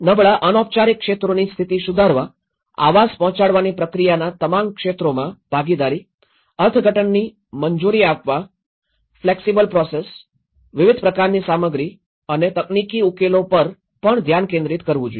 નબળા અનૌપચારિક ક્ષેત્રોની સ્થિતિ સુધારવા આવાસ પહોંચાડવાની પ્રક્રિયાના તમામ ક્ષેત્રોમાં ભાગીદારી અર્થઘટનની મંજૂરી આપવા ફ્લેક્સિબલ પ્રોસેસ વિવિધ પ્રકારની સામગ્રી અને તકનીકી ઉકેલો પર પણ ધ્યાન કેન્દ્રિત કરવું જોઈએ